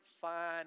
fine